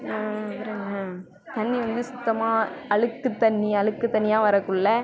அப்புறோங்க தண்ணி வந்து சுத்தமாக அழுக்கு தண்ணி அழுக்கு தண்ணியாக வரக்குள்ளே